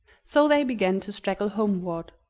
so they began to straggle homeward,